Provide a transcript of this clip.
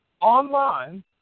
online